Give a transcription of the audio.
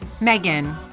Megan